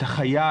את החייל,